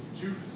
Judas